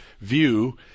view